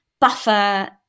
buffer